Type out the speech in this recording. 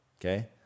Okay